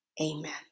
amen